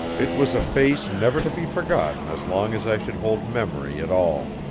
it was a face never to be forgotten as long as i should hold memory at all.